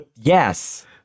Yes